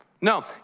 No